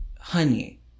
honey